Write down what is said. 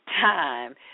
time